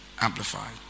Amplified